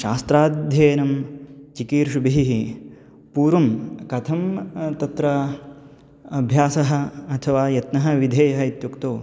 शास्त्राध्ययनं चिकीर्षुभिः पूर्वं कथं तत्र अभ्यासः अथवा यत्नः विधेयः इत्युक्तौ